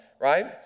right